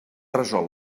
resolt